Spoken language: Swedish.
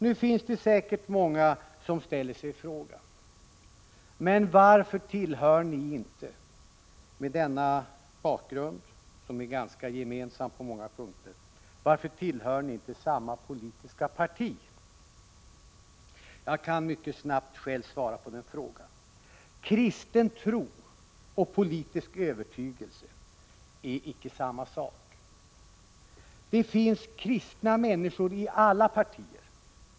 Nu finns det säkert många som ställer sig frågan: Men varför tillhör ni inte — med den bakgrund som är gemensam på ganska många punkter — samma politiska parti? Jag kan mycket snabbt själv svara på den frågan. Kristen tro och politisk övertygelse är icke samma sak. Det finns kristna människor i alla partier.